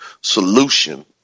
solution